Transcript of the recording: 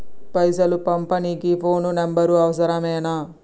పైసలు పంపనీకి phone number అవసరమేనా?